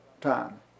time